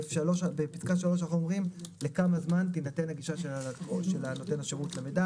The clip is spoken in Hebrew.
בפסקה (3) - לכמה זמן תינתן הגישה של נותן השירות למידע